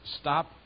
stop